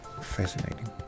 fascinating